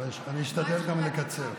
אני גם אשתדל לקצר.